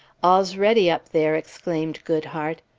all's ready up there! exclaimed goodhart.